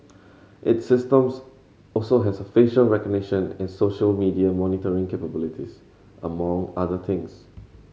its systems also has a facial recognition and social media monitoring capabilities among other things